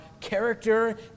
character